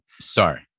Sorry